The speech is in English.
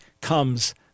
comes